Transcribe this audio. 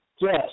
Yes